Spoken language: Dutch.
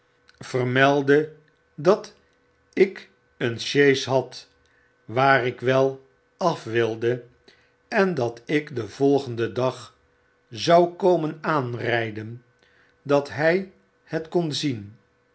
meldende dat ik een sjees had waar ik wel af wilde en dat ik den volgenden dag zou komen aanryden dat hij het kon zien